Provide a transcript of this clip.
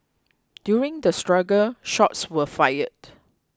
during the struggle shots were fired